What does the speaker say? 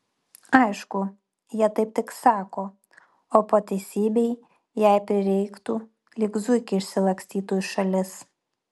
aišku jie taip tik sako o po teisybei jei prireiktų lyg zuikiai išsilakstytų į šalis